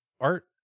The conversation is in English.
art